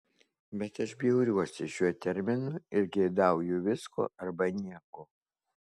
bet aš bjauriuosi šiuo terminu ir geidauju visko arba nieko